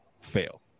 fail